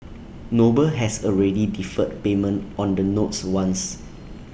noble has already deferred payment on the notes once